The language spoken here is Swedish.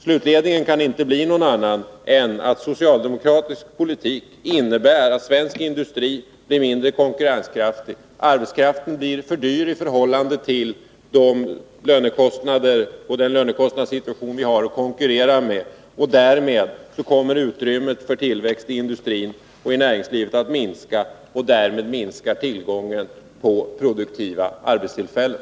Slutledningen kan inte bli någon annan än att socialdemokratisk politik innebär att svensk industri blir mindre konkurrenskraftig. Arbetskraften blir för dyr. Därmed kommer utrymmet för tillväxt i industrin och i näringslivet över huvud taget att minska, och därmed minskar tillgången på produktiva arbetstillfällen.